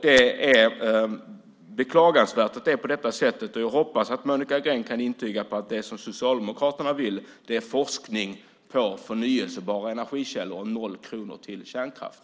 Det är beklagansvärt, och jag hoppas att Monica Green kan intyga att det som Socialdemokraterna vill ha är forskning om förnybara energikällor och noll kronor till kärnkraft.